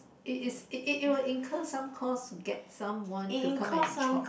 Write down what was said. it is it it will incur some cost get someone to come and chop